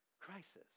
crisis